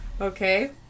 Okay